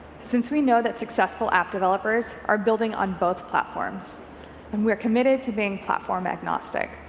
since we know that successful app developers are building on both platforms and we are committed to being platform agnostic.